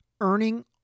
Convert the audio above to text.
earning